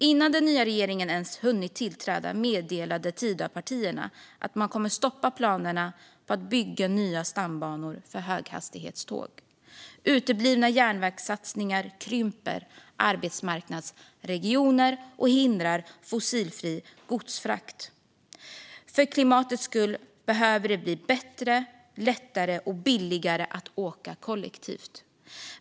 Innan den nya regeringen ens hunnit tillträda meddelade Tidöpartierna att man kommer att stoppa planerna på att bygga nya stambanor för höghastighetståg. Uteblivna järnvägssatsningar krymper arbetsmarknadsregioner och hindrar fossilfri godsfrakt. För klimatets skull behöver det blir bättre, lättare och billigare att åka kollektivt.